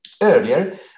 earlier